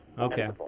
Okay